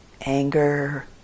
anger